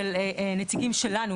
של נציגים שלנו,